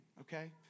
okay